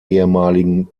ehemaligen